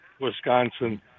Wisconsin